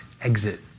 exit